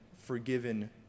forgiven